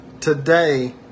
Today